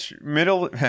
middle